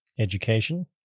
Education